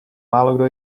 málokdo